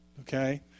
Okay